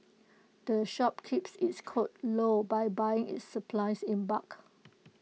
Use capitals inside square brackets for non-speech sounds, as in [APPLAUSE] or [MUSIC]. the shop keeps its [NOISE] cold low by buying its supplies in bulk